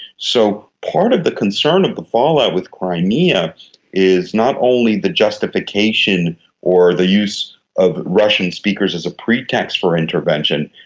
so part of the concern of the fallout with crimea is not only the justification or the use of russian speakers as a pretext for intervention,